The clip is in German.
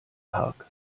park